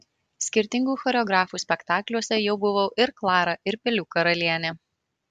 skirtingų choreografų spektakliuose jau buvau ir klara ir pelių karalienė